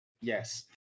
yes